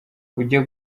ujya